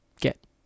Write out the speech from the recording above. get